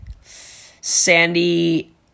sandy